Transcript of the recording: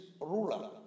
ruler